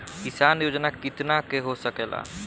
किसान योजना कितना के हो सकेला?